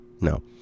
No